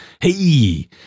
hey